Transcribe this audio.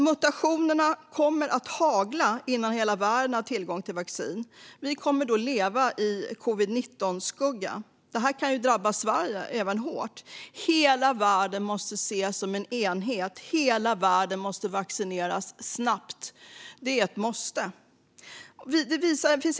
Mutationerna kommer att hagla innan hela världen har tillgång till vaccin, och vi kommer att leva i skuggan av covid-19. Det här kan drabba även Sverige hårt. Hela världen måste ses som en enhet, och hela världen måste vaccineras snabbt - det är ett måste.